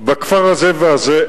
בכפר הזה והזה,